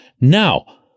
Now